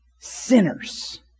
sinners